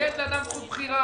שיש לאדם זכות בחירה.